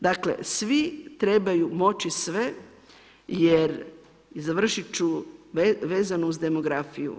Dakle, svi trebaju moći sve jer završiti ću vezano uz demografiju.